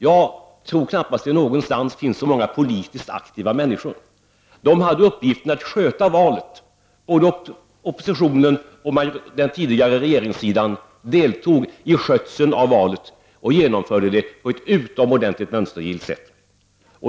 Jag tror knappast det finns så många politiskt aktiva människor någon annanstans. De hade uppgiften att sköta valet. Oppositionen och den tidigare regeringssidans representanter deltog i skötseln av valet och genomförde det på ett utomordentligt mönstergillt sätt!